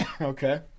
okay